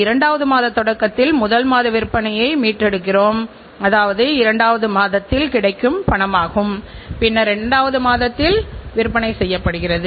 தொடராக மதிப்பீட்டின் மூலம் தரம் அற்ற பொருள் வாடிக்கையாளர் கைக்கு கிடைக்காமல் செய்ய முடிகிறது